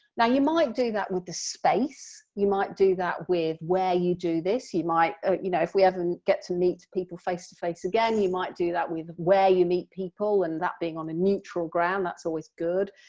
now you might do that with the space, you might do that with where you do this, you might you know, you know, if we ever get to meet people face to face again, you might do that with where you meet people and that being on a neutral ground that's always good,